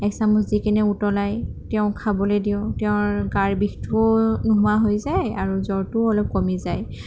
একচামুচ দিকিনে উতলাই তেওঁক খাবলৈ দিওঁ তেওঁৰ গাৰ বিষটো নোহোৱা হৈ যায় আৰু জ্বৰটোও অলপ কমি যায়